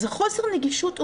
אז חוסר הנגישות משווע,